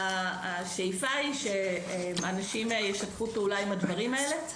השאיפה היא שאנשים ישתפו פעולה עם הדברים האלה,